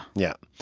yeah.